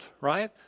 right